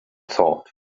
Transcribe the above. thought